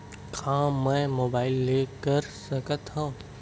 का मै मोबाइल ले कर सकत हव?